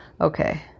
okay